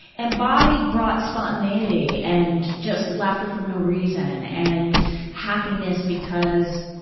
and bobby brought spontaneity and, just laughter for no reason. and happiness because,